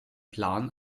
plan